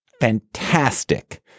fantastic